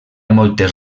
moltes